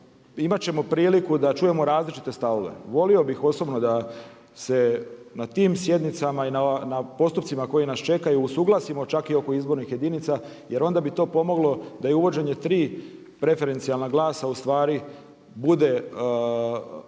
imat ćemo priliku da čujemo različite stavove. Volio bih osobno da se na tim sjednicama i na postupcima koji nas čekaju usuglasimo čak i oko izbornih jedinica jer onda bi to pomoglo da i uvođenje tri preferencijalna glasa ustvari bude u